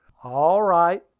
all right.